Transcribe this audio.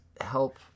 help